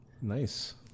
nice